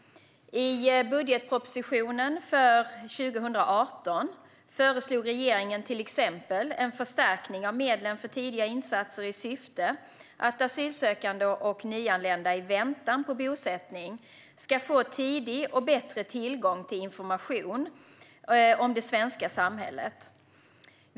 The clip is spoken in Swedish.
I budgetpropositionen för 2018 föreslog regeringen till exempel en förstärkning av medlen för tidiga insatser i syfte att asylsökande och nyanlända i väntan på bosättning ska få tidig och bättre tillgång till information om det svenska samhället.